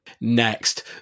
Next